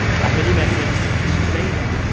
by many metrics, she's made it.